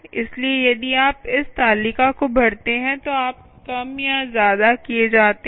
इसलिए यदि आप इस तालिका को भरते हैं तो आप कम या ज्यादा किए जाते हैं